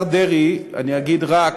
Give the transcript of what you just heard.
לשר דרעי אני אגיד,